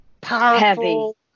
powerful